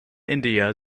india